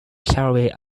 carried